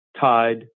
tide